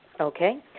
Okay